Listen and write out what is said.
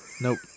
nope